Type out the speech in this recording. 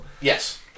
Yes